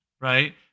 right